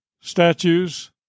statues